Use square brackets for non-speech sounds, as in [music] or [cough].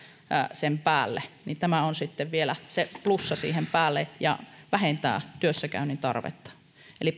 sen päälle niin tämä on sitten vielä se plussa siihen päälle ja vähentää työssäkäynnin tarvetta eli [unintelligible]